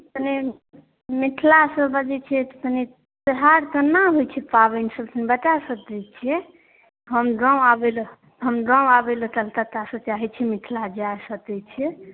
कनी मिथलासँ बजै छियै तऽ तनी बिहार तेना होइ छै पाबनिसभ तनी बता सकै छियै हम गाम आबय लए हम गाम आबय लए तलतत्तासँ चाहै छियै मिथिला जा सतै छियै